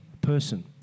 person